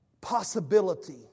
possibility